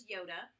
Yoda